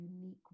unique